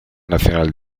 nacional